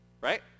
right